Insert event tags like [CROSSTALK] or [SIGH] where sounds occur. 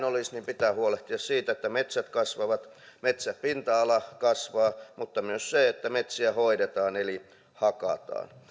[UNINTELLIGIBLE] olisi pitää huolehtia siitä että metsät kasvavat ja metsäpinta ala kasvaa mutta myös siitä että metsiä hoidetaan eli hakataan